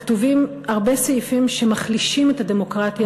כתובים הרבה סעיפים שמחלישים את הדמוקרטיה